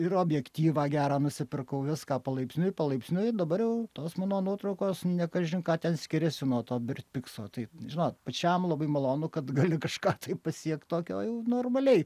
ir objektyvą gerą nusipirkau viską palaipsniui palaipsniui ir dabar jau tos mano nuotraukos ne kažin ką ten skiriasi nuo to bird pigso tai žinot pačiam labai malonu kad gali kažką tai pasiekt tokio jau normaliai